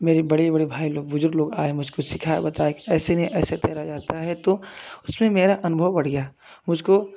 मेरे बड़े बड़े भाई लोग बुजुर्ग लोग आए मुझको सिखाया बताए की ऐसे नहीं ऐसे तैरा जाता है तो उसमे मेरा अनुभव बढ़ गया मुझको